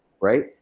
right